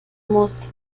muss